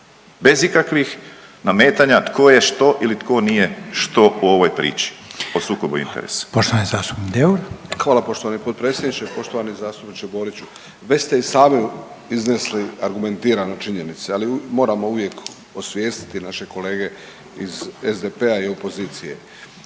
bez ikakvih nametanja tko je što ili tko nije što u ovoj priči o sukobu interesa. **Reiner, Željko (HDZ)** Poštovani zastupnik Deur. **Deur, Ante (HDZ)** Hvala poštovani potpredsjedniče. Poštovani zastupniče Boriću, već ste i sami iznesli argumentirano činjenice ali moramo uvijek osvijestiti naše kolege iz SDP-a i opozicije.